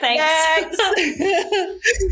thanks